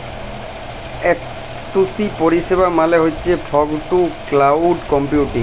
F two C পরিষেবা মালে হছ ফগ টু ক্লাউড কম্পিউটিং